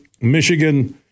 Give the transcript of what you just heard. Michigan